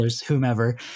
whomever